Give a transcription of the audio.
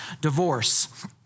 divorce